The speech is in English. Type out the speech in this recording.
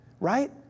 Right